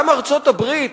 גם ארצות-הברית,